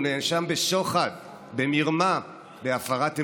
הוא נאשם בשוחד, במרמה, בהפרת אמונים,